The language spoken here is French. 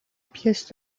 pièce